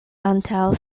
antaŭ